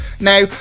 now